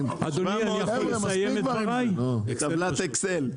טבלת אקסל.